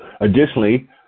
Additionally